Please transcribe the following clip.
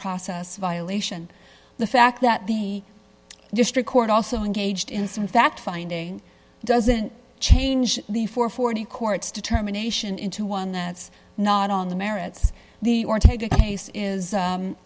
process violation the fact that the district court also engaged in some fact finding doesn't change the four hundred and forty court's determination into one that's not on the merits the ortega case is